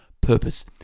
Purpose